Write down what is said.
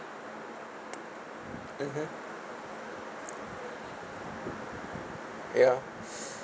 mmhmm ya